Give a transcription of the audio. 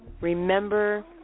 remember